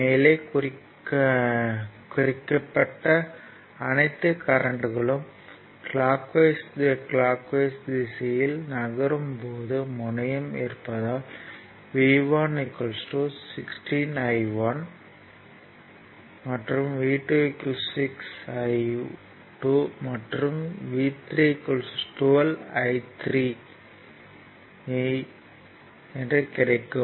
மேலே குறிக்கப்பட்ட அனைத்து கரண்ட்களும் கிளாக் வைஸ் திசையில் நகரும் போது முனையம் இருப்பதால் V1 16 I1 மற்றும் V2 6 I2 மற்றும் V3 12 I3 என கிடைக்கும்